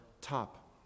top